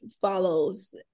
follows